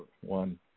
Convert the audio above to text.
one